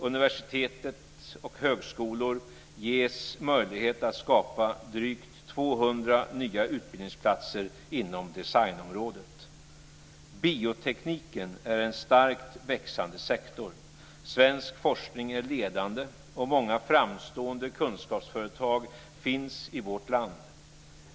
Universitet och högskolor ges möjlighet att skapa drygt 200 nya utbildningsplatser inom designområdet. Biotekniken är en starkt växande sektor. Svensk forskning är ledande och många framstående kunskapsföretag finns i vårt land.